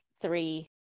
three